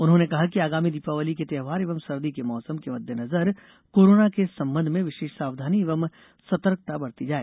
उन्होंने कहा कि आगामी दीपावली के त्यौहार एवं सर्दी के मौसम के मददेनजर कोरोना के संबंध में विशेष सावधानी एवं सतर्कता बरती जाए